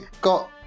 got